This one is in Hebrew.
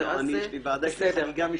לא, יש לי חגיגה משלי.